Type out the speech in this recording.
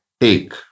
take